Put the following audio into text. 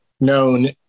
known